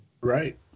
Right